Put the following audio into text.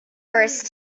worse